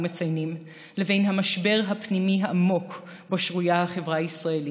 מציינים לבין המשבר הפנימי העמוק שבו שרויה החברה הישראלית.